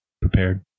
prepared